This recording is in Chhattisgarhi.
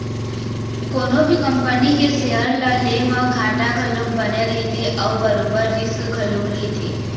कोनो भी कंपनी के सेयर ल ले म घाटा घलोक बने रहिथे अउ बरोबर रिस्क घलोक रहिथे